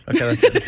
Okay